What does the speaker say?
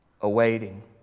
awaiting